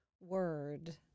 word